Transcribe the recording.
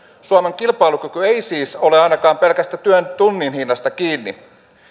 suomen kilpailukyky ei siis ole ainakaan pelkästä työn tuntihinnasta kiinni